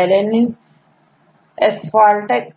या alanine एस्फाल्टक gas